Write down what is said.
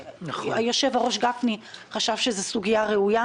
היושב-ראש גפני חשב שזו סוגיה ראויה,